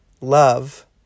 love